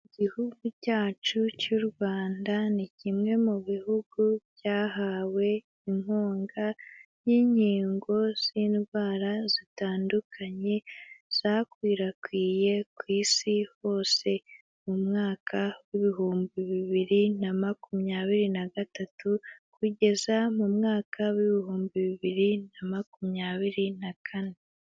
Igihugu cyacu cy'u Rwanda ni kimwe mu bihugu byahawe inkunga y'inkingo z'indwara zitandukanye, zakwirakwiye ku isi hose mu mwaka wibihumbi bibiri na makumyabiri nagatatu kugeza mu mwaka w'ibihumbi bibiri na makumyabiri na kane.